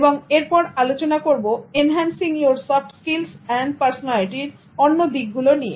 এবং এরপর আলোচনা করব এনহ্যান্সিং ইউর সফট স্কিলস এবং পারসোনালিটির অন্য দিক গুলো নিয়ে